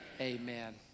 Amen